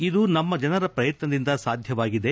ಇದು ನಮ್ನ ಜನರ ಪ್ರಯತ್ನದಿಂದ ಸಾಧ್ಯವಾಗಿದೆ